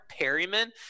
Perryman